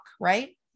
right